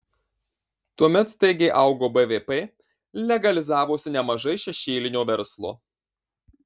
tuomet staigiai augo bvp legalizavosi nemažai šešėlinio verslo